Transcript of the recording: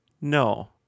No